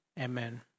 amen